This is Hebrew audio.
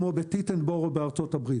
כמו בטיטנבורו בארצות הברית.